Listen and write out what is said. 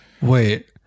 Wait